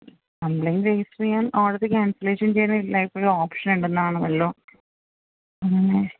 complaint register ചെയ്യാൻ already cancellation ചെയ്യാൻ ലൈഫിൽ ഓപ്ഷൻ ഉണ്ടെന്ന് ആണല്ലോ മ്മ്